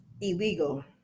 illegal